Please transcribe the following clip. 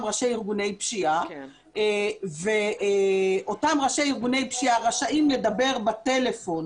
ראשי ארגוני פשיעה ואותם ראשי ארגוני פשיעה רשאים לדבר בטלפון